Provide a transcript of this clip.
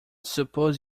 suppose